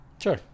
Sure